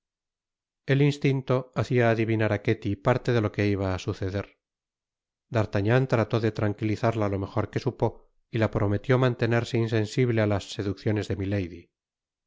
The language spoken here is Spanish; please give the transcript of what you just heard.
el instinto hacia adivinar á ketty parte de lo que iba á suceder d'artagnan trató de tranquilizarta lo mejor que supo y la prometió mantenerse insensible á las seducciones de milady